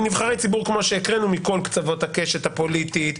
מנבחרי ציבור כמו שהקראנו מכל קצוות הקשת הפוליטית,